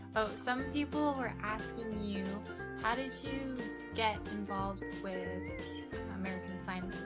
oh, some people were asking you how did you get involved with american sign